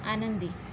आनंदी